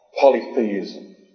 polytheism